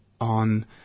on